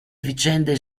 vicende